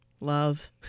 love